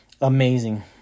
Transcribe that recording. amazing